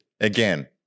again